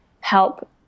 help